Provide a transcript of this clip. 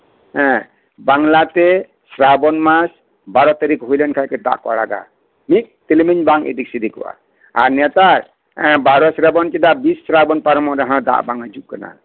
ᱦᱮᱸ ᱵᱟᱝᱞᱟᱛᱮ ᱥᱨᱟᱵᱚᱱ ᱢᱟᱥ ᱵᱟᱨᱚ ᱛᱟᱹᱨᱤᱠᱷ ᱦᱩᱭ ᱞᱮᱱᱠᱷᱟᱱ ᱜᱮ ᱫᱟᱜ ᱠᱚ ᱟᱲᱟᱜᱟ ᱢᱤᱫ ᱛᱤᱞᱢᱤᱧ ᱵᱟᱝ ᱮᱫᱤᱠ ᱳᱫᱤᱠᱚᱜᱼᱟ ᱱᱮᱛᱟᱨ ᱵᱟᱨᱚ ᱥᱚᱨᱟᱵᱚᱱ ᱪᱮᱫᱟᱜ ᱵᱤᱥ ᱥᱚᱨᱚᱵᱚᱱ ᱯᱟᱨᱚᱢᱚᱜ ᱨᱮᱦᱚᱸ ᱫᱟᱜ ᱵᱟᱝ ᱦᱤᱡᱩᱜ ᱠᱟᱱᱟ